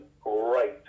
great